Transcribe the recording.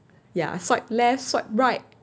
ya swipe left swipe right